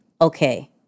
okay